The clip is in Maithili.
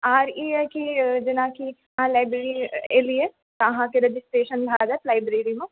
आर ई यऽ कि जेनाकि अहाँ लाइब्रेरी एलियै तऽ अहाँकेँ रजिस्ट्रेशन भए जाएत लाइब्रेरी मे